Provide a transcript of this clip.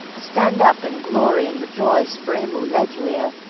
stand up and glory and rejoice for im oo led you ere.